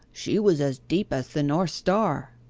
she was as deep as the north star.